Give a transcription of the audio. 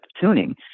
tuning